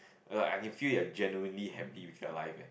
like I can feel they are generally happy with their life eh